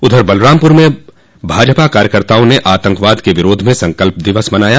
उधर बलरामपुर में भाजपा कार्यकर्ताओं ने आतंकवाद के विरोध में संकल्प दिवस मनाया